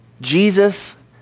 Jesus